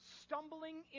stumbling